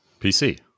PC